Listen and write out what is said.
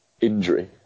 injury